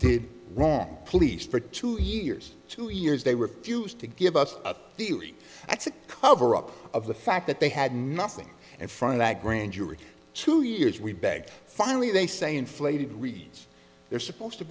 did wrong police for two years two years they refused to give us a feeling it's a cover up of the fact that they had nothing and from that grand jury two years we begged finally they say inflated reads they're supposed to